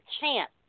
chance